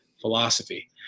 philosophy